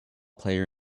player